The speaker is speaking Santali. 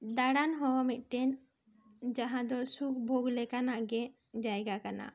ᱫᱟᱬᱟᱱ ᱦᱚᱸ ᱢᱤᱫ ᱴᱮᱱ ᱡᱟᱦᱟᱸ ᱫᱚ ᱥᱩᱠ ᱵᱷᱚᱜᱽ ᱞᱮᱠᱟᱱᱟᱜ ᱜᱮ ᱡᱟᱭᱜᱟ ᱜᱮ ᱠᱟᱱᱟ